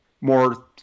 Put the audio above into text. more